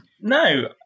No